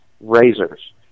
razors